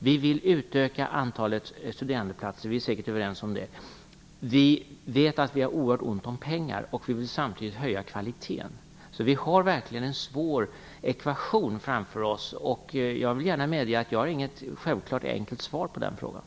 Vi vill utöka antalet studerandeplatser; det är vi säkert överens om. Vi vet att vi har oerhört ont om pengar, och vi vill samtidigt höja kvaliteten. Därför har vi en svår ekvation framför oss. Jag medger gärna att jag inte har någon enkel lösning på det problemet.